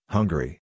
Hungary